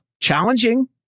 Challenging